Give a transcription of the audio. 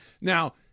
Now